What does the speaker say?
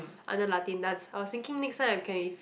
under Latin dance I was thinking next time I can with